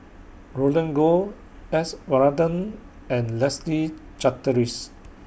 Roland Goh S Varathan and Leslie Charteris